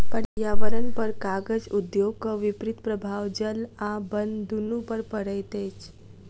पर्यावरणपर कागज उद्योगक विपरीत प्रभाव जल आ बन दुनू पर पड़ैत अछि